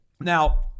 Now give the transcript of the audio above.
Now